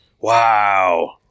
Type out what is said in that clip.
Wow